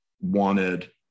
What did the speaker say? wanted